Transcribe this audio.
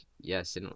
yes